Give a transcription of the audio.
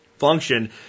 function